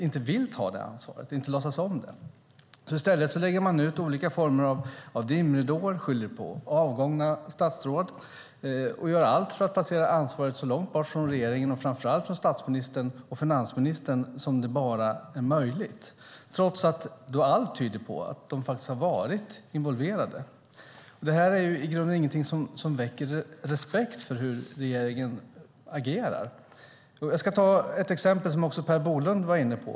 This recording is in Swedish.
I stället lägger man ut olika former av dimridåer, skyller på avgångna statsråd och gör allt för att placera ansvaret så långt bort från regeringen, och framför allt statsministern och finansministern, som det bara är möjligt - trots att allt tyder på att man har varit involverad. Det här väcker inte respekt för hur regeringen agerar. Låt mig ta ett exempel som också Per Bolund var inne på.